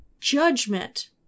judgment